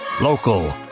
Local